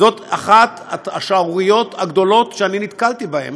זו אחת השערוריות הגדולות שאני נתקלתי בהן.